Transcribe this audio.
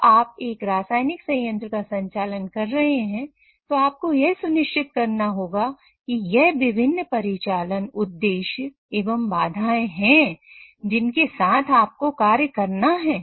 जब आप एक रासायनिक संयंत्र का संचालन कर रहे हैं तो आपको यह सुनिश्चित करना होगा कि यह विभिन्न परिचालन उद्देश्य एवं बाधाएं है जिनके साथ आपको कार्य करना है